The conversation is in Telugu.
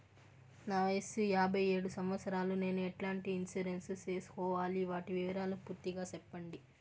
నా వయస్సు యాభై ఏడు సంవత్సరాలు నేను ఎట్లాంటి ఇన్సూరెన్సు సేసుకోవాలి? వాటి వివరాలు పూర్తి గా సెప్పండి?